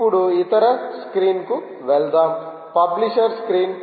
ఇప్పుడు ఇతర స్క్రీన్కు వెళ్దాం పబ్లిషర్స్క్రీన్